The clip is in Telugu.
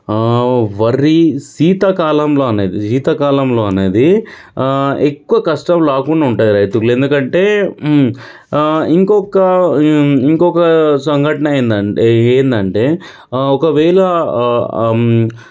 వరి సీత కాలంలోనే సీతకాలంలో అనేది ఎక్కువ కష్టం రాకుండా ఉంటుంది రైతులకు ఎందుకంటే ఇంకొక సంఘటన ఏంటంటే ఒకవేళ